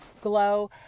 glow